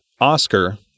Oscar